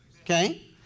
Okay